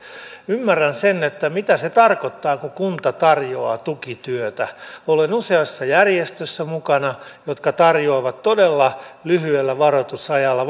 ymmärrän sen mitä se tarkoittaa kun kunta tarjoaa tukityötä olen useassa järjestössä mukana jotka tarjoavat todella lyhyellä varoitusajolla